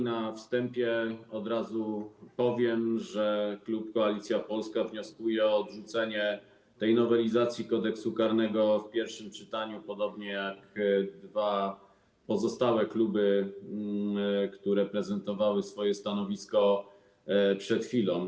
Na wstępie od razu powiem, że klub Koalicja Polska wnioskuje o odrzucenie tej nowelizacji Kodeksu karnego w pierwszym czytaniu, podobnie jak dwa pozostałe kluby, które prezentowały swoje stanowisko przed chwilą.